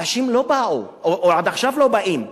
אנשים לא באו ועד עכשיו לא באים.